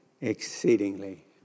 exceedingly